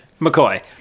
McCoy